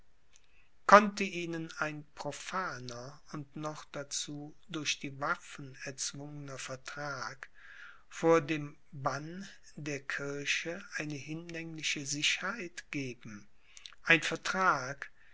konnte ihnen ein profaner und noch dazu durch die waffen erzwungener vertrag vor dem bann der kirche eine hinlängliche sicherheit geben ein vertrag